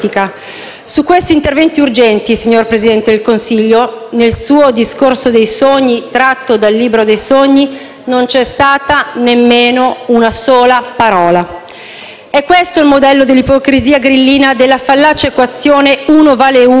Su questi interventi urgenti, signor Presidente del Consiglio, nel suo discorso dei sogni, tratto dal libro dei sogni, non c'è stata una sola parola. È questo il modello dell'ipocrisia grillina della fallace equazione uno vale uno,